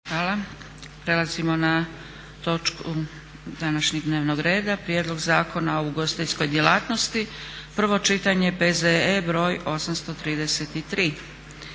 (SDP)** Prelazimo na točku današnjeg dnevnog reda. - Prijedlog zakona o ugostiteljskoj djelatnosti, prvo čitanje, P.Z.E. br. 833.